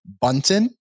Bunting